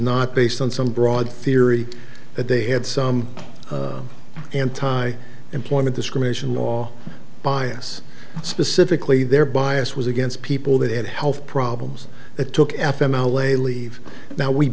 not based on some broad theory that they had some anti employment discrimination law bias specifically their bias was against people that had health problems that took f m ole leave now we